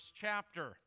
chapter